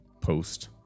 post